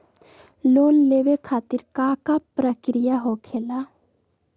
Loan लेवे खातिर का का प्रक्रिया होखेला?